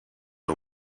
are